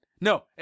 No